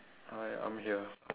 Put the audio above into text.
hi I'm here